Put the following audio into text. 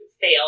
fail